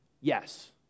yes